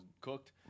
cooked